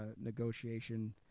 negotiation